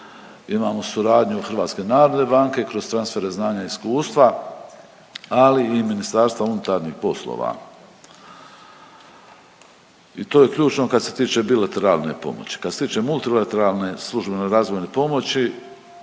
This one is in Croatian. imamo suradnju HNB-a kroz transfere znanja i iskustva, ali i MUP-a. I to je ključno kad se tiče bilateralne pomoći. Kad se tiče multilateralne službene razvojne pomoći,